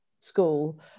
school